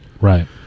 right